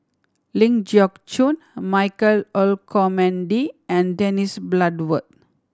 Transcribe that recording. Ling Geok Choon Michael Olcomendy and Dennis Bloodworth